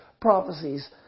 prophecies